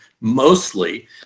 mostly